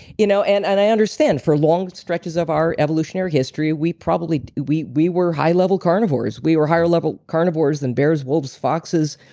you know and and i understand for long stretches of our evolutionary history we probably. we we were high level carnivores. we were higher level carnivores than bears, wolves, foxes,